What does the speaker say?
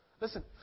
Listen